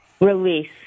Release